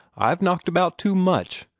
i've knocked about too much,